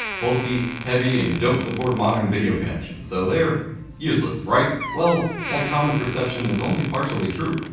bulky, heavy, and don't support modern video connections so they're useless, right? well, that common perception is only partially true.